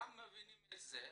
וגם מבינים את הנושא.